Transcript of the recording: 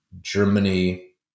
Germany